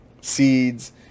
seeds